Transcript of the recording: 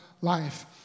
life